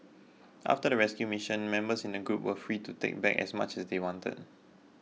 after the rescue mission members in the group were free to take back as much as they wanted